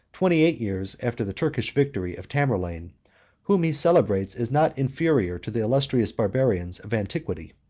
twenty-eight years after the turkish victory of tamerlane whom he celebrates as not inferior to the illustrious barbarians of antiquity.